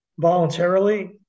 voluntarily